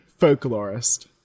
folklorist